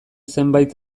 zenbait